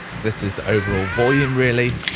this is the overall volume really.